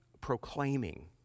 proclaiming